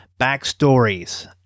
backstories